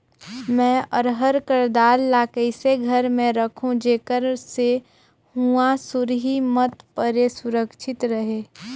मैं अरहर कर दाल ला कइसे घर मे रखों जेकर से हुंआ सुरही मत परे सुरक्षित रहे?